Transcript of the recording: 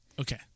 Okay